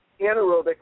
anaerobic